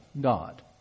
God